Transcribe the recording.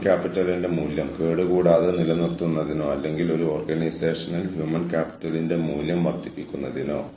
പാരിസ്ഥിതിക പ്രത്യാഘാതങ്ങൾ ഇവിടെ ഊർജ ഉപയോഗം നോക്കുകയാണെങ്കിൽ മാനദണ്ഡങ്ങളെ സംബന്ധിച്ചിടത്തോളം ഒപ്റ്റിമൽ ഊർജ്ജ ഉപയോഗം ആണ്